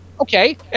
Okay